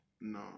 no